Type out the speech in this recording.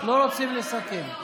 לא רוצים לסכם.